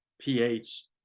pH